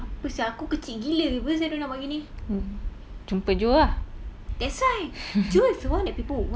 got a few people will say like you know I feel like I want to squeeze you then put inside my pocket I was like apa sia aku kecil gila apa sia dia orang nak buat gini